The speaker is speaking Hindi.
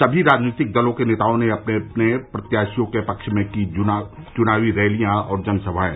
सभी राजनीतिक दलों के नेताओं ने अपने अपने प्रत्याशियों के पक्ष में कीं चुनावी रैलियां और जनसभाएं